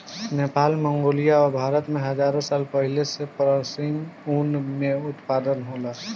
Nepal, Mongolia आ भारत में हजारो साल पहिले से पश्मीना ऊन के उत्पादन होला